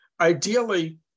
Ideally